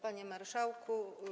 Panie Marszałku!